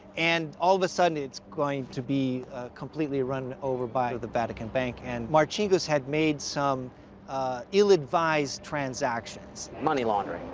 and all of a sudden it's going to be completely run over by the vatican bank. and marcinkus had made some ill-advised transactions. money laundering.